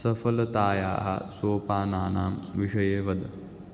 सफलतायाः सोपानानां विषये वद